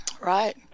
Right